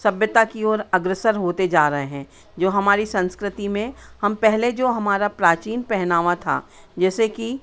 सभ्यता की ओर अग्रसर होते जा रहे हैं जो हमारी संस्कृति में हम पहले जो हमारा प्राचीन पहनावा था जैसे कि